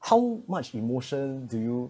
how much emotion do you